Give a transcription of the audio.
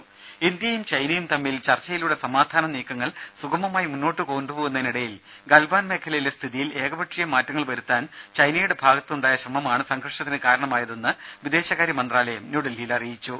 രുമ ഇന്ത്യയും ചൈനയും തമ്മിൽ ചർച്ചയിലൂടെ സമാധാന നീക്കങ്ങൾ സുഗമമായി മുന്നോട്ടു കൊണ്ടുപോകുന്നതിനിടയിൽ ഗൽവാൻ മേഖലയിലെ സ്ഥിതിയിൽ ഏകപക്ഷീയ മാറ്റങ്ങൾ വരുത്താൻ ചൈനയുടെ ഭാഗത്തുണ്ടായ ശ്രമമാണ് സംഘർഷത്തിന് കാരണമായതെന്നും വിദേശകാര്യ മന്ത്രാലയം ന്യൂഡൽഹിയിൽ അറിയിച്ചു